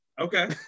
Okay